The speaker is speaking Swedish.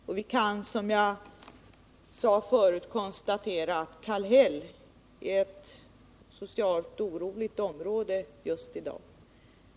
Och vi kan, som jag sade förut, konstatera att Kallhäll är ett socialt oroligt område i dag.